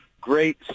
great